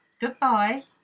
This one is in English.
Goodbye